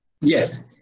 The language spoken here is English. Yes